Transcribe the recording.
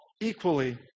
equally